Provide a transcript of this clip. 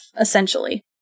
essentially